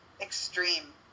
extreme